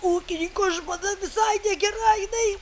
ūkininko žmona visai gera jinai